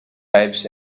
types